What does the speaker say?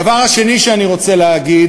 הדבר השני שאני רוצה להגיד,